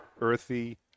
earthy